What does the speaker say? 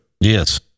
Yes